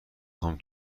خوام